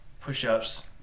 push-ups